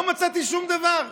לא מצאתי שום דבר,